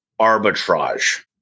arbitrage